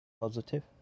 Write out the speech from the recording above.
positive